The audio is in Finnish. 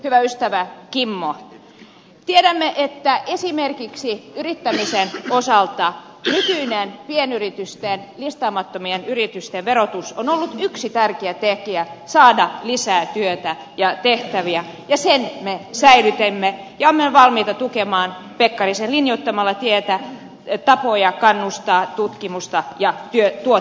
hyvä ystävä kimmo tiedämme että esimerkiksi yrittämisen osalta nykyinen listaamattomien pienyritysten verotus on ollut yksi tärkeä tekijä saada lisää työtä ja tehtäviä ja sen me säilytimme ja olemme valmiita tukemaan pekkarisen linjoittamaa tietä tapoja kannustaa tutkimusta ja tuotekehitystä